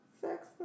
sex